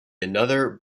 another